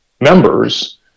members